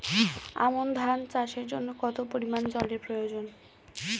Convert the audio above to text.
আমন ধান চাষের জন্য কত পরিমান জল এর প্রয়োজন?